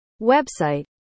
website